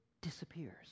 disappears